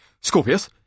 Scorpius